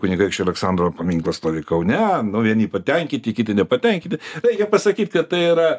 kunigaikščio aleksandro paminklas stovi kaune nu vieni patenkyti kiti nepatenkyti reikia pasakyt kad tai yra